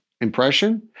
impression